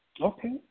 Okay